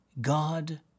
God